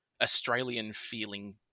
Australian-feeling